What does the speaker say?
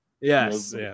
Yes